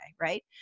right